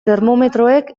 termometroek